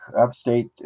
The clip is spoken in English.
upstate